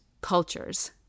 cultures